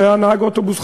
שהיה נהג אוטובוס,